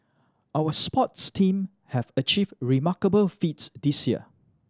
our sports team have achieved remarkable feats this year